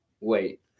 Wait